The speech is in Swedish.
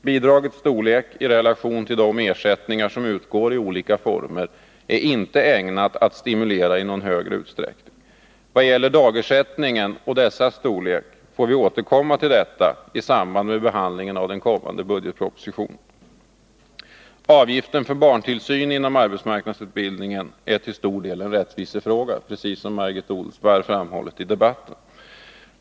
Bidragets storlek i relation till de ersättningar som utgår i olika former är inte ägnat att stimulera i någon högre utsträckning. Vad gäller dagersättningen och dess storlek, så får vi återkomma till den frågan i samband med behandlingen av den kommande budgetpropositionen. Avgiften för barntillsyn inom arbetsmarknadsutbildningen är till stor del en rättvisefråga, precis som Margit Odelsparr framhöll här i debatten.